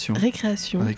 récréation